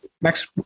Next